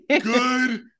good